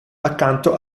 accanto